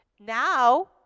Now